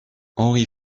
henry